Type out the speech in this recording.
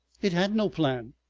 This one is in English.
it had no plan,